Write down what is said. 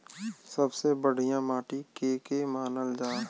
सबसे बढ़िया माटी के के मानल जा?